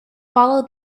follow